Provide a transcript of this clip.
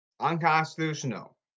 Unconstitutional